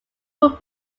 would